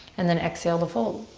and then exhale to fold.